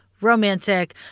romantic